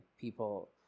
people